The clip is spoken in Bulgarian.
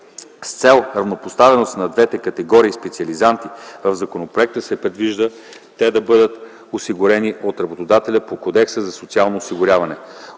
С цел равнопоставеност на двете категории специализанти в законопроекта се предвижда те да бъдат осигурявани от работодателя по Кодекса за социално осигуряване.